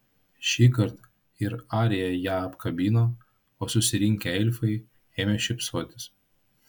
šįkart ir arija ją apkabino o susirinkę elfai ėmė šypsotis